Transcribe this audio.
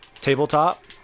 Tabletop